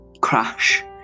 crash